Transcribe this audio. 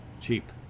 Cheap